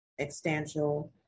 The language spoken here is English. extantial